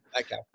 Okay